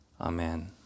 Amen